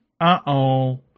Uh-oh